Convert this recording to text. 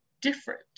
different